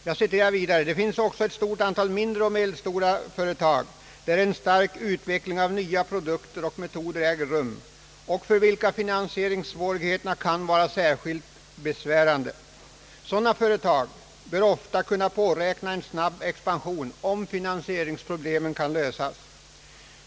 Jag citerar vidare: »Det finns också ett stort antal mindre och medelstora företag där en stark utveckling av nya produkter och metoder äger rum och för vilka finansieringssvårigheterna kan vara särskilt besvärande. Sådana företag bör ofta kunna påräkna en snabb expansion om finansieringsproblemen kan lösas.